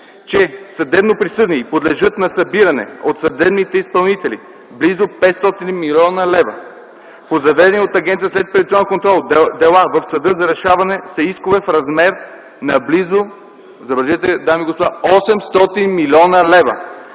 че съдебно присъдени и подлежат на събиране от съдебните изпълнители близо 500 млн. лв., по заведени от Агенцията за следприватизационен контрол дела в съда за решаване са искове в размер на близо, забележете,